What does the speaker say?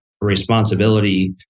responsibility